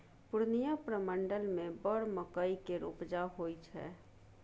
पूर्णियाँ प्रमंडल मे बड़ मकइ केर उपजा होइ छै